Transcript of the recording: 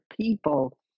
people